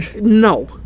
No